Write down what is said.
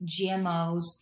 GMOs